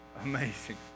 Amazing